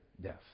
death